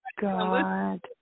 God